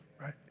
right